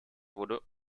wurde